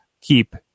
keep